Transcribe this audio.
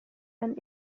ein